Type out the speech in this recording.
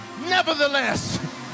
nevertheless